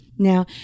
Now